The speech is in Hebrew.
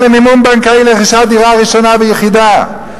למימון בנקאי לרכישת דירה ראשונה ויחידה.